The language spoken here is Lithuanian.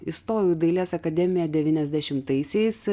įstojau į dailės akademiją devyniasdešimtaisiais